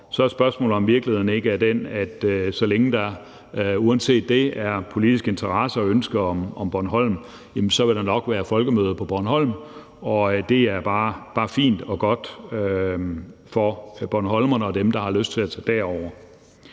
så er spørgsmålet, om virkeligheden ikke er den, at så længe der uanset det er politisk interesse i og ønske om at deltage i Folkemødet på Bornholm, så vil der nok blive afholdt folkemøder på Bornholm, og det er bare fint og godt for bornholmerne og dem, der har lyst til at tage derover.